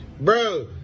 Bro